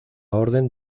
orden